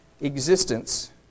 existence